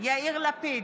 יאיר לפיד,